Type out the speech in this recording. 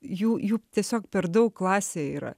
jų jų tiesiog per daug klasėj yra